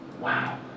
wow